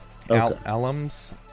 alums